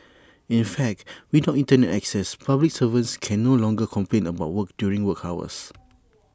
in fact without Internet access public servants can no longer complain about work during work hours